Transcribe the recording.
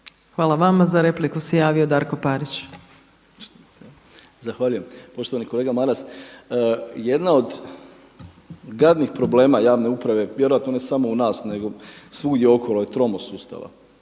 Hvala vama. Za repliku se javio Darko Parić. **Parić, Darko (SDP)** Zahvaljujem. Poštovani kolega Maras. Jedna od gadnih problema javne uprave, vjerojatno ne samo u nas nego svugdje okolo je tromost sustava,